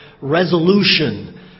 resolution